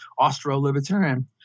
Austro-Libertarian